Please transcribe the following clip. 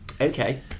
okay